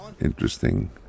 interesting